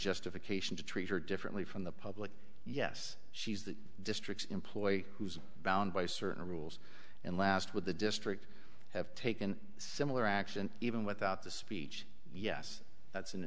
justification to treat her differently from the public yes she's the district's employee who's bound by certain rules and last with the district have taken similar action even without the speech yes that's